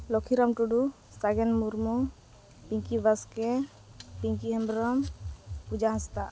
Lokhiram Tudu Sagen Murmu Pinki Baske Pinki Hembrom Puja Hansda